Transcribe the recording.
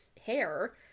hair